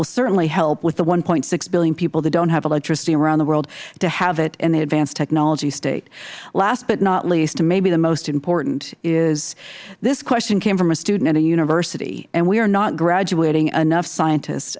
will certainly help with the one point six billion people that don't have electricity around the world to have it in the advanced technology state last but not least and maybe the most important is this question from a student at a university and we are not graduating enough scientist